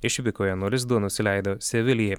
išvykoje nulis du nusileido sevilijai